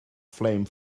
flame